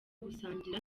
gusangira